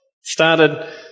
started